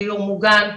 דיור מוגן,